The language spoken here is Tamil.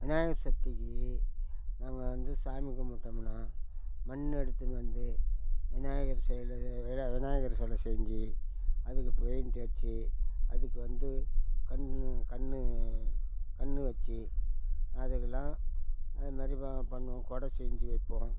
விநாயகர் சதுர்த்திக்கி நாங்கள் வந்து சாமி கும்பிட்டோமுன்னா மண் எடுத்துன்னு வந்து விநாயகர் சிலைய இல்லை விநாயகர் சிலை செஞ்சு அதுக்கு பெயிண்ட்டு அடித்து அதுக்கு வந்து கண் கண் கண் வச்சு அதுக்கெலாம் அது மாதிரி ப பண்ணுவோம் குடை செஞ்சு வைப்போம்